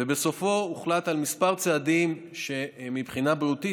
ובסופו הוחלט על כמה צעדים שמבחינה בריאותית